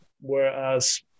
Whereas